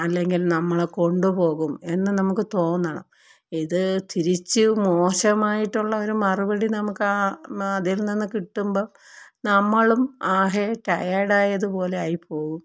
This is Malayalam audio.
അല്ലെങ്കിൽ നമ്മളെ കൊണ്ടു പോകും എന്നു നമുക്ക് തോന്നണം ഇത് തിരിച്ച് മോശമായിട്ടുള്ള ഒരു മറുപടി നമുക്ക് ആ അതിൽ നിന്നു കിട്ടുമ്പോള് നമ്മളും ആകെ ടയേഡായതുപോലെ ആയി പോവും